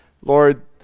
Lord